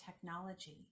technology